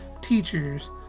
teachers